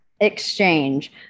Exchange